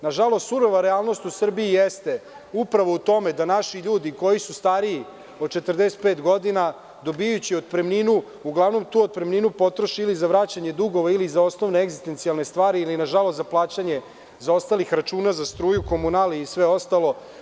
Nažalost, surova realnost u Srbiji jeste upravo u tome da naši ljudi koji su stariji od 45 godina, dobijajući otpremninu, uglavnom tu otpremninu potroše ili za vraćanje dugova, ili za osnovne egzistencijalne stvari, ili nažalost za plaćanje zaostalih računa za struju, komunalije i sve ostalo.